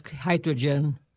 hydrogen